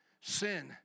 sin